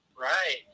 Right